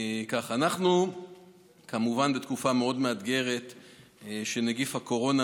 אנחנו כמובן בתקופה מאוד מאתגרת של נגיף הקורונה,